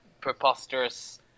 preposterous